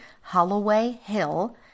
Holloway-Hill